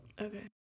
Okay